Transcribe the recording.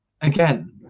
again